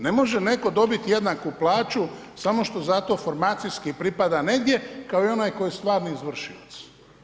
Ne može netko dobiti jednaku plaću samo što zato formacijski pripada negdje kao i onaj tko je stvarni izvršilac.